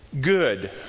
good